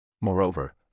Moreover